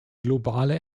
globale